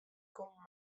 kommen